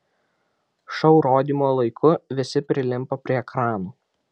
šou rodymo laiku visi prilimpa prie ekranų